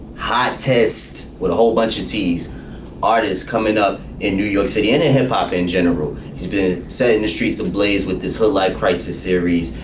hottest with a whole bunch of ts artists coming up in new york city and hip hop in general, he's been setting the streets ablaze with this whole life crisis series.